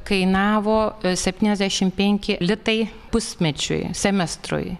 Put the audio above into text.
kainavo septyniasdešimt penki litai pusmečiui semestrui